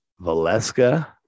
Valeska